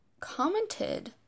commented